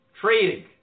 Trading